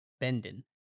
Benden